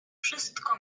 wszystko